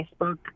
Facebook